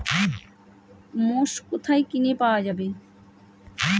মোষ কোথায় কিনে পাওয়া যাবে?